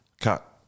Cut